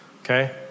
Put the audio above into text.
okay